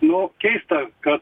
nu keista kad